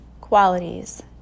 qualities